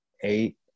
eight